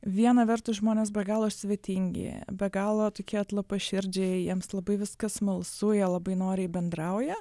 viena vertus žmonės be galo svetingi be galo tokie atlapaširdžiai jiems labai viskas smalsu jie labai noriai bendrauja